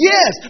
Yes